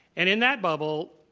and in that bubble,